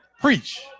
Preach